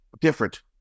different